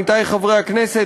עמיתי חברי הכנסת,